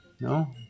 No